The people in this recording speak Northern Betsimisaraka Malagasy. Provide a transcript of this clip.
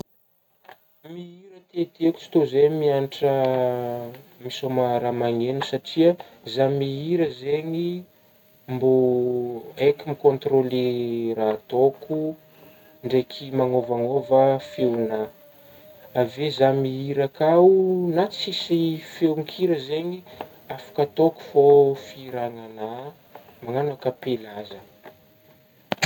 Mihira tietieko tsy tô zey mianatra misôma raha manegno satria zah mihira zegny mbô haiko m-controler raha ataoko ndraiky magnôvagnôva feognà, avy eo zah mihira kao na tsisy feon-kira zegny afaka ataoko fô fihiragna agnà managno akapelà zah.